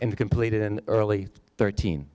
and completed in early thirteen